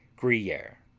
gruyere.